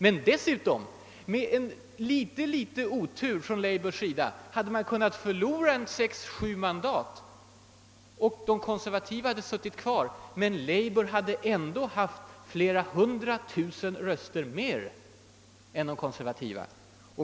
Men dessutom hade labour med litet otur kunnat förlora sex å sju mandat och de konservativa fått sitta kvar vid makten trots att labour ändå haft många tusen röster mer än de konservativa.